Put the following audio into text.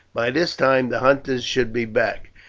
by this time the hunters should be back.